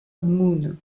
moon